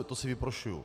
To si vyprošuju.